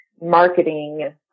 marketing